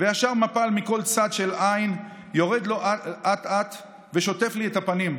וישר מפל מכל צד של עין יורד לו אט-אט ושוטף לי את הפנים.